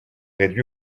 réduit